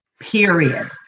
period